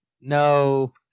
No